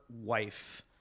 wife